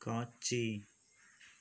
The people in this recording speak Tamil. காட்சி